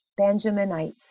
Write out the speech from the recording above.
Benjaminites